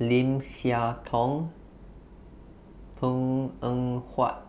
Lim Siah Tong Png Eng Huat